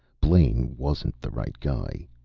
blaine wasn't the right guy.